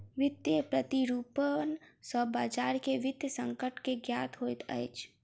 वित्तीय प्रतिरूपण सॅ बजार के वित्तीय संकट के ज्ञात होइत अछि